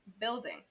building